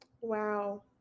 Wow